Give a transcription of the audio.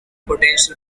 potential